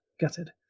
gutted